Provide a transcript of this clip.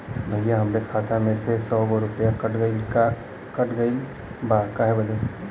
भईया हमरे खाता मे से सौ गो रूपया कट गइल बा काहे बदे?